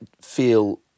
feel